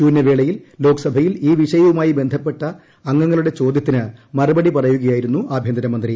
ശൂന്യവേളയിൽ ലോക്സഭയിൽ ഈ വിഷയവുമായിൽ ബ്ന്ധപ്പെട്ട അംഗങ്ങളുടെ ചോദ്യത്തിന് മറുപടി പറയ്ക്ക്യായിരുന്നു ആഭ്യന്തരമന്ത്രി